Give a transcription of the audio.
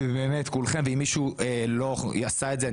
באמת כולכם ואם מישהו לא עשה את זה,